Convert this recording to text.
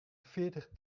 veertig